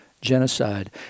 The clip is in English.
genocide